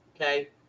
okay